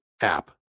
app